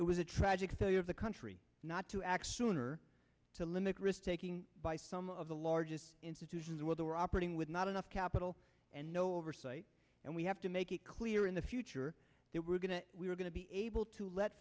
it was a tragic story of the country not to act sooner to limit risk taking by some of the largest institutions where they were operating with not enough capital and no oversight and we have to make it clear in the future that we're going to we're going to be able to let